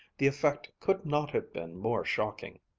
the effect could not have been more shocking.